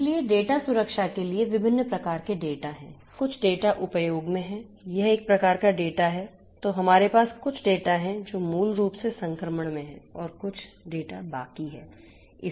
इसलिए डेटा सुरक्षा के लिए विभिन्न प्रकार के डेटा हैं कुछ डेटा उपयोग में हैं यह एक प्रकार का डेटा है तो हमारे पास कुछ डेटा हैं जो मूल रूप से संक्रमण में हैं और कुछ डेटा बाकी हैं